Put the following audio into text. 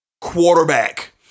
quarterback